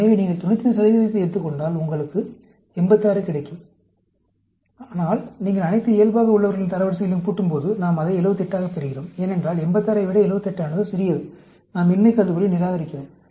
எனவே நீங்கள் 95 ஐ எடுத்துக் கொண்டால் உங்களுக்கு 86 கிடைக்கும் ஆனால் நீங்கள் அனைத்து இயல்பாக உள்ளவர்களின் தரவரிசைகளையும் கூட்டும்போது நாம் அதை 78 ஆகப் பெறுகிறோம் ஏனென்றால் 86 ஐ விட 78 ஆனது சிறியது நாம் இன்மை கருதுகோளை நிராகரிக்கிறோம்